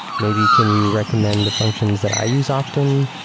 maybe can you recommend the functions that i use often?